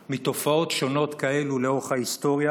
מתופעות שונות כאלה לאורך ההיסטוריה,